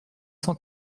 cent